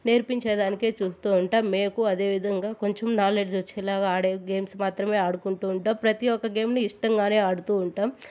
నేర్పించేదానికే చూస్తూ ఉంటాం మేకు అదే విధంగా కొంచం నాలెడ్జ్ వచ్చేలాగ ఆడే గేమ్స్ మాత్రమే ఆడుకుంటూ ఉంటాం ప్రతి ఒక్క గేమ్ని ఇష్టంగానే ఆడుతూ ఉంటాం